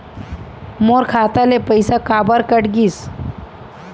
मोर खाता ले पइसा काबर कट गिस?